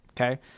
Okay